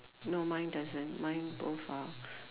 no mine doesn't mine both are